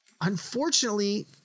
Unfortunately